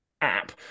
app